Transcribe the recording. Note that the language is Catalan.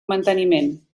manteniment